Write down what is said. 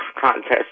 contest